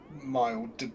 mild